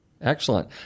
Excellent